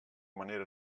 manera